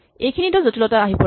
এইখিনিতে জটিলতা আহি পৰে